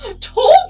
Told